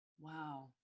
Wow